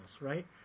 right